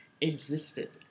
existed